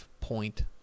point